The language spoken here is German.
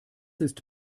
ist